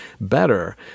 better